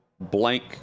blank